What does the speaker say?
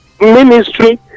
ministry